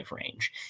range